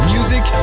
Music